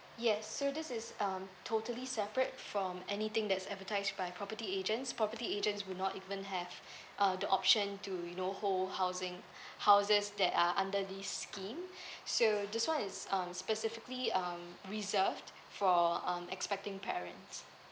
yes so this is um totally separate from anything that's advertised by property agents property agents will not even have uh the option to you know whole housing houses that are under this scheme so this one it's um specifically um reserved for um expecting parents